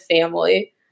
family